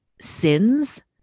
sins